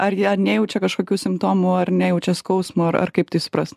ar jie nejaučia kažkokių simptomų ar nejaučia skausmo ar kaip tai supras